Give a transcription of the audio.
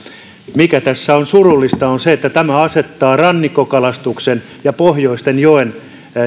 mikä tässä on surullista on se että tämä asettaa rannikkokalastuksen ja pohjoisten